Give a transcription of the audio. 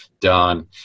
done